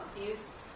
abuse